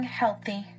healthy